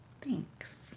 Thanks